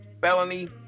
felony